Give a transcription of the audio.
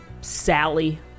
Sally